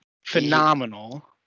Phenomenal